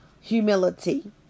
humility